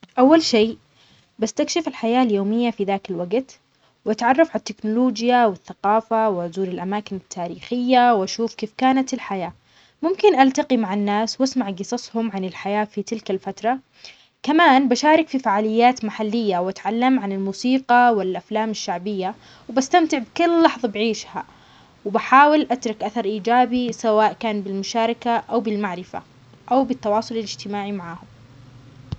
اول شيء بستكشف الحياة اليومية في ذاك الوقت واتعرف على التكنولوجيا والثقافة وازور الاماكن التاريخية واشوف كيف كانت الحياة، ممكن التقي مع الناس واسمع قصصهم عن الحياة في تلك الفترة، كمان بشارك في فعاليات محلية ،واتعلم عن الموسيقى والافلام الشعبية، وبستمتع بكل لحظة بعيشها، وبحاول اترك اثر ايجابي سواء كان بالمشاركة او بالمعرفة او بالتواصل الاجتماعي معاهم.